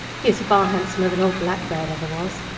he is far handsomer than old blackbird ever was.